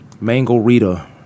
mango-rita